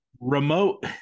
remote